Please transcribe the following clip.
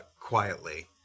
quietly